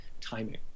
timing